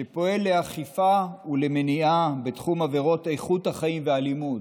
שפועל לאכיפה ולמניעה בתחום עבירות איכות החיים והאלימות,